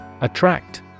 Attract